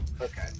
okay